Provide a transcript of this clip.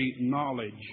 knowledge